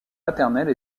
paternels